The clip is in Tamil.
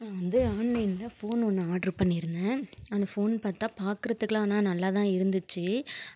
நான் வந்து ஆன்லைனில் ஃபோன் ஒன்று ஆட்ரு பண்ணியிருந்தேன் அந்த ஃபோன் பார்த்தா பார்க்குறதுக்குலாம் ஆனால் நல்லா தான் இருந்துச்சு